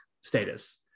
status